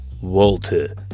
Walter